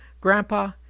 Grandpa